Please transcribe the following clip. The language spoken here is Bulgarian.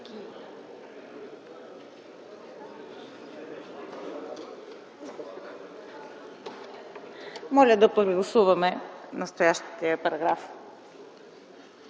Моля да прегласуваме настоящия параграф.